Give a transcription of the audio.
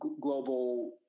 global